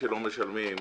מהאוטובוס.